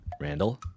Randall